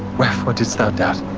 wherefore didst thou doubt?